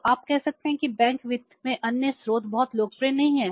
तो आप कह सकते हैं कि बैंक वित्त में अन्य स्रोत बहुत लोकप्रिय नहीं हैं